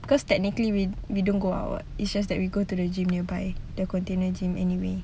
because technically we don't go out [what] it's just that we go to the gym nearby the container gym anyway